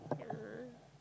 yeah